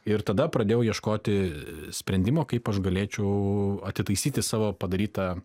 ir tada pradėjau ieškoti sprendimo kaip aš galėčiau atitaisyti savo padarytą